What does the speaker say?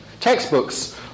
Textbooks